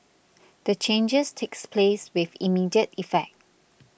the changes takes place with immediate effect